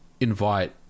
invite